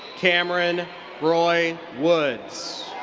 cameron roy woods.